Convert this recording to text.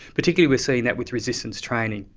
particularly we are seeing that with resistance training.